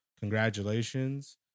Congratulations